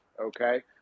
Okay